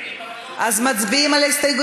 מצביעים על כל, אז מצביעים על ההסתייגויות?